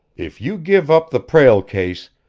if you give up the prale case,